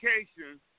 education